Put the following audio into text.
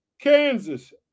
Kansas